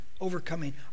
overcoming